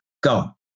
Go